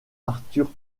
arthur